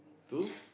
to